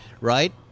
right